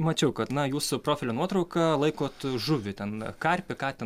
mačiau kad na jūsų profilio nuotrauka laikot žuvį ten karpį ką ten